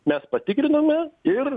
mes patikrinome ir